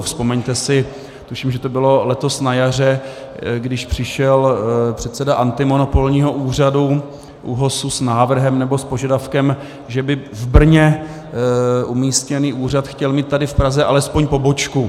Vzpomeňte si, tuším, že to bylo letos na jaře, když přišel předseda antimonopolního úřadu, ÚOHSu, s návrhem nebo s požadavkem, že by v Brně umístěný úřad chtěl mít tady v Praze alespoň pobočku.